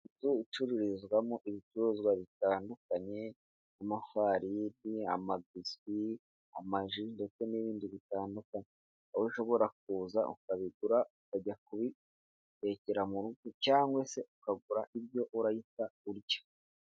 Inzu icururizwamo ibicuruzwa bitandukanye: amafarini, amabiswi, amaji ndetse n'ibindi bitandukanye, aho ushobora kuza ukabigura, ukajya kubitekera mu rugo cyangwa se ukagura ibyo urahita urya.